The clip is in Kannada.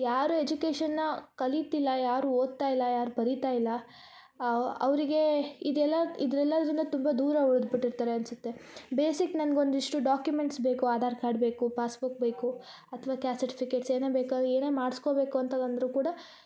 ಯಾರು ಎಜುಕೇಶನ್ನ ಕಲಿತಿಲ್ಲ ಯಾರು ಓದ್ತಾಯಿಲ್ಲ ಯಾರು ಬರಿತಯಿಲ್ಲ ಅವು ಅವರಿಗೆ ಇದೆಲ್ಲ ಇದೆಲ್ಲದರಿಂದ ತುಂಬ ದೂರ ಉಳ್ದ ಬಿಟ್ಟಿರ್ತಾರೆ ಅನ್ಸತ್ತೆ ಬೇಸಿಕ್ ನನ್ಗ ಒಂದಿಷ್ಟು ಡಾಕ್ಯುಮೆಂಟ್ಸ್ ಬೇಕು ಆಧಾರ್ ಕಾರ್ಡ್ ಬೇಕು ಪಾಸ್ಬುಕ್ ಬೇಕು ಅಥ್ವ ಕಾಸ್ಟ್ ಸರ್ಟಿಫಿಕೇಟ್ಸ್ ಏನೇ ಬೇಕು ಏನೆ ಮಾಡ್ಸ್ಕೊಬೇಕು ಅಂತಂದರೂ ಕೂಡ